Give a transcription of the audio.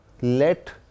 let